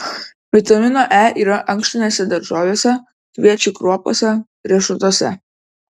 vitamino e yra ankštinėse daržovėse kviečių kruopose riešutuose